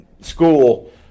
school